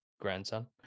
grandson